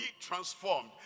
transformed